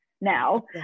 now